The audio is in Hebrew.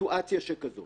בסיטואציה שכזו